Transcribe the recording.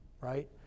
right